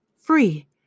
Free